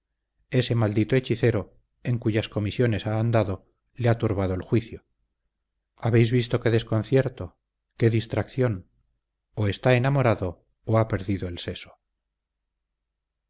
ese maldito hechicero en cuyas comisiones ha andado le ha turbado el juicio habéis visto qué desconcierto qué distracción o está enamorado o ha perdido el seso